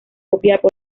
copiapó